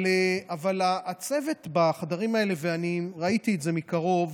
אבל הצוות בחדרים האלה, ואני ראיתי את זה מקרוב,